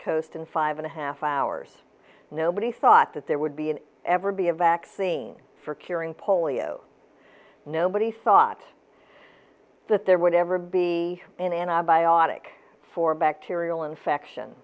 coast in five and a half hours nobody thought that there would be an ever be a vaccine for curing polio nobody thought that there would never be an antibiotic for bacterial infection